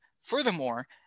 furthermore